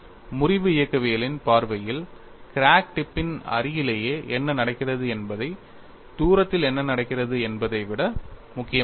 முறிவு இயக்கவியலின் பார்வையில் கிராக் டிப்பின் அருகிலேயே என்ன நடக்கிறது என்பது தூரத்தில் என்ன நடக்கிறது என்பதை விட முக்கியமானது